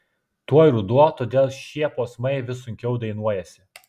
tuoj ruduo todėl šie posmai vis sunkiau dainuojasi